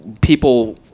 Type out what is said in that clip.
people